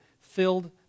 filled